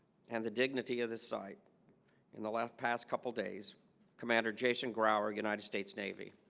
and the dignity of this site in the last past couple days commander jason growler united states navy